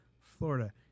Florida